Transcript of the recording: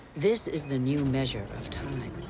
this is the new measure of time.